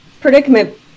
predicament